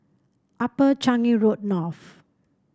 Upper Changi Road North